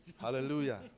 Hallelujah